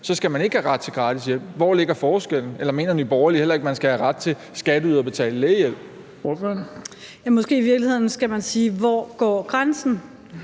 så skal man ikke have ret til gratis hjælp. Hvori ligger forskellen? Eller mener Nye Borgerlige heller ikke, at man skal have ret til skatteyderbetalt lægehjælp? Kl. 17:55 Den fg. formand (Erling